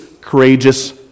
courageous